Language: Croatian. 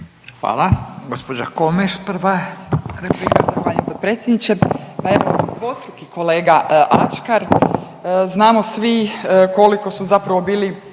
Hvala potpredsjedniče. Pa evo dvostruki kolega Ačkar, znamo svi koliko su zapravo bili